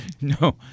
No